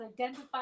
identify